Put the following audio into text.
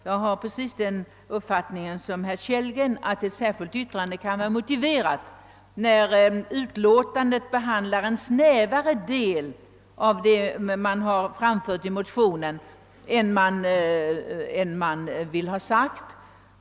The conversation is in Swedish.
Jag har samma uppfattning som herr Kellrgen, att ett särskilt yttrande kan vara motiverat t.ex. när utlåtandet behandlar en snävare del av det som framförts i motionen än vad man velat ha sagt.